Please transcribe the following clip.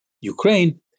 Ukraine